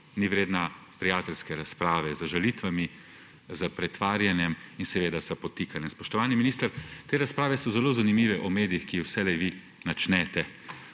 ni vreden prijateljske razprave z žalitvami s pretvarjanjem in seveda s podtikanjem. Spoštovani minister, te razprave o medijih so zelo zanimive, ki jih vselej vi načnete.